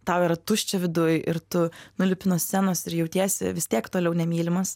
tau yra tuščia viduj ir tu nulipi nuo scenos ir jautiesi vis tiek toliau nemylimas